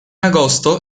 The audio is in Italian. agosto